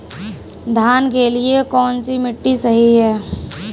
धान के लिए कौन सी मिट्टी सही है?